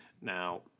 Now